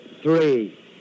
Three